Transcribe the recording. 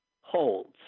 holds